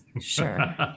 Sure